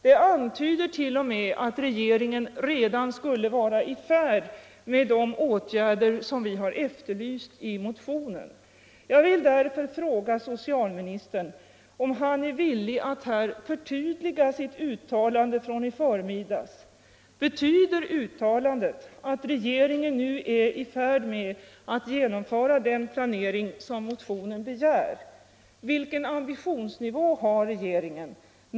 Det antyder t.o.m. att regeringen redan skulle vara i färd med de åtgärder som vi har efterlyst i motionen. Jag vill därför fråga socialministern om han är villig att här förtydliga sitt uttalande från i förmiddags. Betyder uttalandet att regeringen nu är i färd med att genomföra den planering som motionen begär? Vilken ambitionsnivå har regeringen?